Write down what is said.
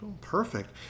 Perfect